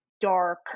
dark